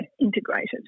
integrated